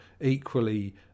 equally